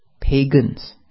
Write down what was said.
pagans